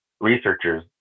researchers